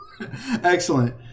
Excellent